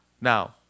Now